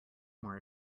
more